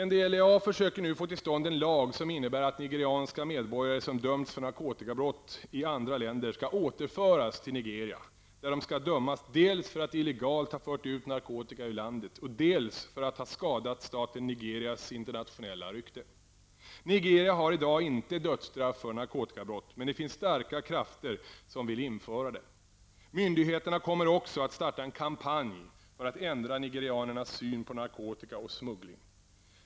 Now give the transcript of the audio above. NDLEA försöker nu få till stånd en lag som innebär att nigerianska medborgare som dömts för narkotikabrott i andra länder skall återföras till Nigeria, där de skall dömas dels för att illegalt ha fört ut narkotika ur landet, dels för att ha skadat staten Nigerias internationella rykte. Nigeria har i dag inte dödsstraff för narkotikabrott, men det finns starka krafter som vill införa det. Myndigheterna kommer också att starta en kampanj för att ändra nigerianernas syn på narkotika och smuggling.